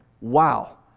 wow